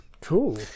Cool